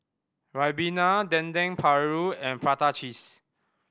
ribena Dendeng Paru and prata cheese